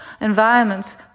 environments